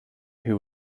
who